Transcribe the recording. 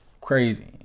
crazy